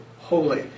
holy